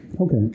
Okay